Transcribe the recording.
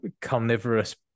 carnivorous